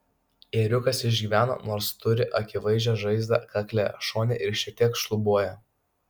ėriukas išgyveno nors turi akivaizdžią žaizdą kakle šone ir šiek tiek šlubuoja